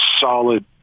solid